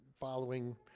following